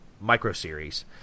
micro-series